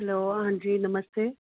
hello हां जी नमस्ते